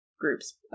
groups